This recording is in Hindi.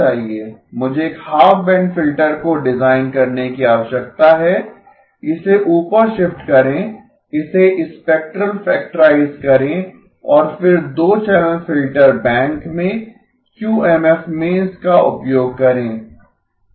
मुझे एक हाफ बैंड फिल्टर को डिजाइन करने की आवश्यकता है इसे ऊपर शिफ्ट करें इसे स्पेक्ट्रल फैक्टराइज़ करें और फिर दो चैनल फ़िल्टर बैंक में क्यूएमएफ में इसका उपयोग करें